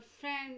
friends